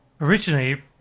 originally